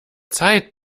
zeit